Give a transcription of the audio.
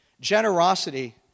generosity